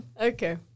Okay